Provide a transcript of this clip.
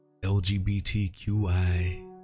LGBTQI